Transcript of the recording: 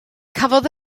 cafodd